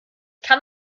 kann